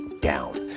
down